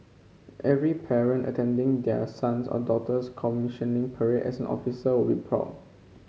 every parent attending their sons or daughter's commissioning parade as an officer would be proud